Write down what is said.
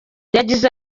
yagize